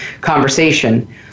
conversation